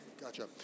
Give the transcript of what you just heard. Gotcha